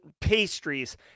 pastries